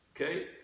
Okay